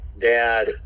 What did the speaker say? dad